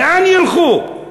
לאן ילכו?